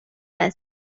است